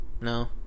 No